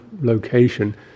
location